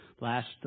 last –